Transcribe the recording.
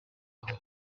yawe